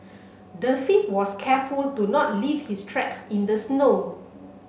the thief was careful to not leave his tracks in the snow